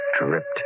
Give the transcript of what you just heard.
dripped